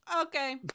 Okay